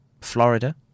Florida